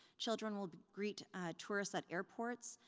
children will greet tourists at airports,